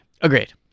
Agreed